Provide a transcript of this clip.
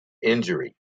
injury